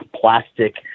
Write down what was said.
plastic